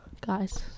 Guys